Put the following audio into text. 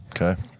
Okay